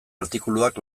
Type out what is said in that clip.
artikuluak